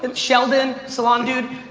and sheldon, salon dude.